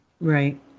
Right